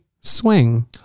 swing